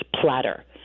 platter